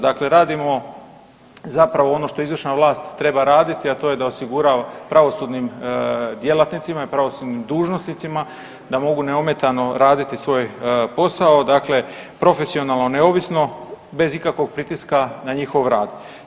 Dakle radimo zapravo ono što izvršna vlast treba raditi, a to je da osigura pravosudnim djelatnicima i pravosudnim dužnosnicima mogu neometano raditi svoj posao, dakle profesionalno, neovisno, bez ikakvog pritiska na njihov rad.